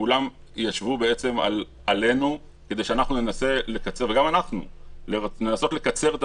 כולם ישבו בעצם עלינו כדי שננסה לקצר וגם אנחנו לנסות